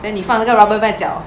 then 你放那个 rubber band 在脚